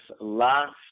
last